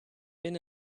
been